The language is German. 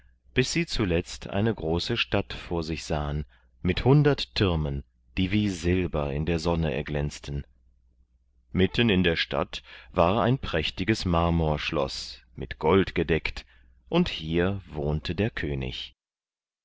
bis sie zuletzt eine große stadt vor sich sahen mit hundert türmen die wie silber in der sonne erglänzten mitten in der stadt war ein prächtiges marmorschloß mit gold gedeckt und hier wohnte der könig